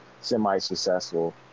semi-successful